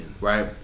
right